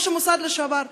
אלא מראש המוסד לשעבר.